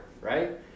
right